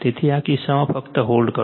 તેથી આ કિસ્સામાં ફક્ત હોલ્ડ કરો